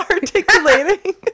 articulating